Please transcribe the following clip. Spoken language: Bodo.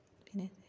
ओंखायनो